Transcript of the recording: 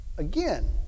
again